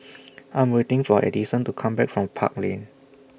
I Am waiting For Edison to Come Back from Park Lane